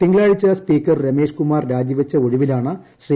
തിങ്കളാഴ്ച സ്പീക്കർ രമേഷ് കുമാർ രാജി വച്ച ഒഴിവിലാണ് ശ്രീ